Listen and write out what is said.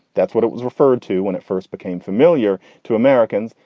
that's what it was referred to when it first became familiar to americans.